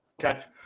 catch